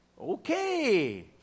Okay